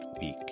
week